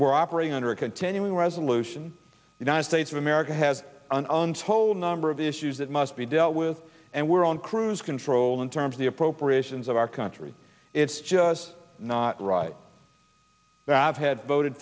we're operating under a continuing resolution united states of america has an untold number of issues that must be dealt with and we're on cruise control in terms of the appropriations of our country it's just not right that had voted